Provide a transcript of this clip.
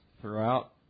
throughout